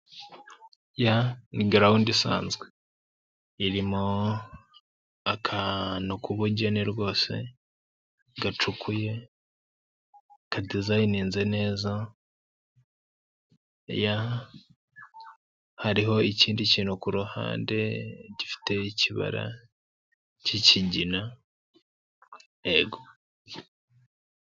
Ya ni gahunda isanzwe irimo k'ubugene rwose, gacukuye kadasinze neza. Ya hariho ikindi kintu kuhande gifite ikibara kikigina. Yego.